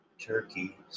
turkey